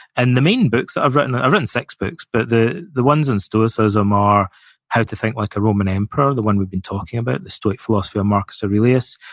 and the main books that i've written, i've ah written six books, but the the ones on stoicism are how to think like a roman emperor, the one we've been talking about, the stoic philosophy of marcus aurelius,